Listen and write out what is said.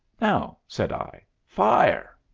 now, said i, fire!